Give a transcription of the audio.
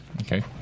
Okay